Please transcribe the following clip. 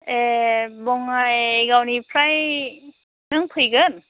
ए बङाइगावनिफ्राय नों फैगोन